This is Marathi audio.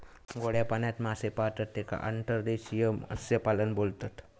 गोड्या पाण्यात मासे पाळतत तेका अंतर्देशीय मत्स्यपालन बोलतत